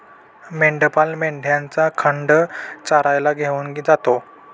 मेंढपाळ मेंढ्यांचा खांड चरायला घेऊन जातो